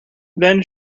then